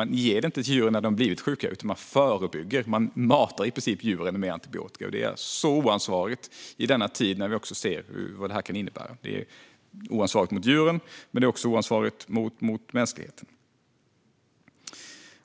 Men man ger det inte till djuren när de blivit sjuka, utan man förebygger och i princip matar dem med antibiotika. Det är så oansvarigt i denna tid när vi ser vad det kan innebära. Det är oansvarigt mot djuren, men det är också oansvarigt mot mänskligheten.